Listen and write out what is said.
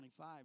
25